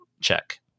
check